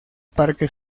parque